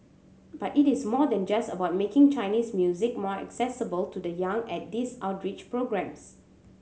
but it is more than just about making Chinese music more accessible to the young at these outreach programmes